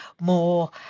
more